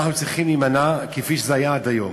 שאנחנו צריכים להימנע, כפי שזה היה עד היום.